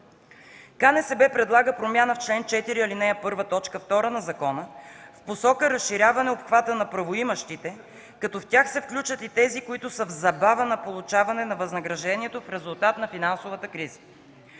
(КНСБ) предлага промяна в чл. 4, ал. 1, т. 2 на закона в посока разширяване обхвата на правоимащите, като в тях се включат и тези, които са в забава на получаване на възнаграждението в резултат на финансовата криза.